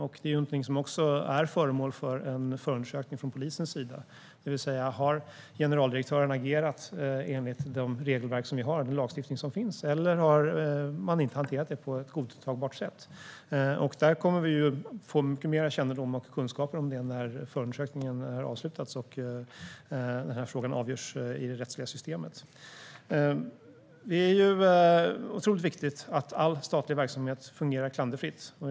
Det är också någonting som är föremål för en förundersökning från polisens sida, det vill säga: Har generaldirektören agerat enligt de regelverk vi har och den lagstiftning som finns, eller har man inte hanterat detta på ett godtagbart sätt? Vi kommer att få mycket mer kännedom och kunskaper om detta när förundersökningen är avslutad och frågan avgörs i det rättsliga systemet. Det är otroligt viktigt att all statlig verksamhet fungerar klanderfritt.